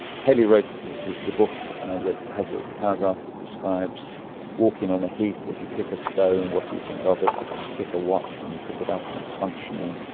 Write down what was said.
paley wrote the the book that has the the paragraph that describes walking on a heath, if you kick a stone, what do you think of it, but if you kick a watch and you pick it up and it's functioning,